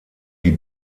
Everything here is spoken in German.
die